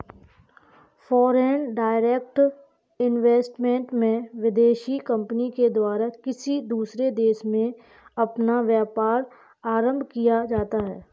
foreign direct investment में विदेशी company के द्वारा किसी दूसरे देश में अपना व्यापार आरंभ किया जाता है